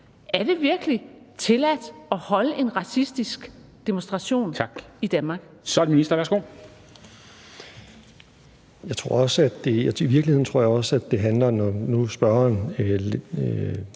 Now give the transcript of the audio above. Er det virkelig tilladt at holde en racistisk demonstration i Danmark? Kl. 14:01 Formanden